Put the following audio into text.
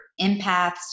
empaths